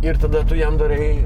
ir tada tu jam darai